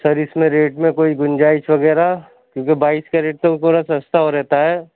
سر اِس میں ریٹ میں کوئی گُنجائس وغیرہ کیونکہ بائیس کا ریٹ تو وہ تھورا سَستا ہو رہتا ہے